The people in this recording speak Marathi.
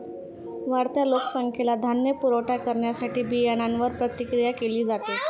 वाढत्या लोकसंख्येला धान्य पुरवठा करण्यासाठी बियाण्यांवर प्रक्रिया केली जाते